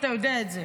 אתה יודע את זה.